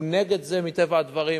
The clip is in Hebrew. הוא נגד זה, מטבע הדברים.